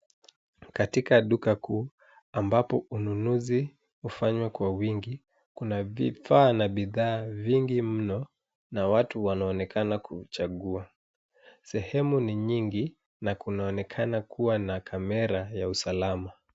Katika duka kuu, ambapo ununuzi hufanywa kwa wingi. Kuna vifaa na bidhaa vingi mno, na watu wanaonekana kuchagua. Sehemu ni nyingi, na kunaonekana kuwa na kamera ya usalama.